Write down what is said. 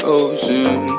ocean